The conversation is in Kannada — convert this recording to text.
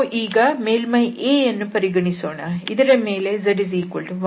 ನಾವು ಈಗ ಮೇಲ್ಮೈ A ಯನ್ನು ಪರಿಗಣಿಸೋಣ ಇದರ ಮೇಲೆ z1